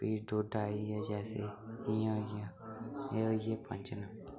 फ्ही डोडा आई गेआ जैसे इ'यां होई गेआ एह् होई गे पंज